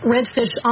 Redfish